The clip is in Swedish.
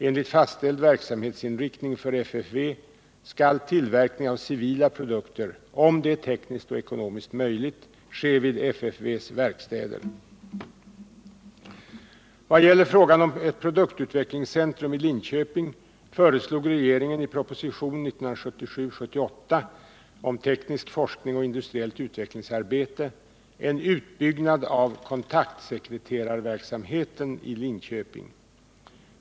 Enligt fastställd verksamhetsinriktning för FFV skall tillverkning av civila produkter, om det är tekniskt och ekonomiskt möjligt, ske vid FFV:s verkstäder. Vad gäller frågan om ett produktutvecklingscentrum i Linköping föreslog regeringen i propositionen 1977/78:111 om teknisk forskning och industriellt utvecklingsarbete en utbyggnad av kontaktsekreterarverksamheten i Linköping.